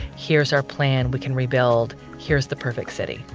here's our plan. we can rebuild. here's the perfect city.